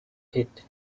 pit